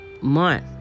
month